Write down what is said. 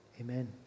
Amen